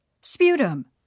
sputum